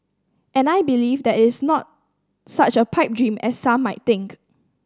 and I believe that it is not such a pipe dream as some might think